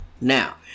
now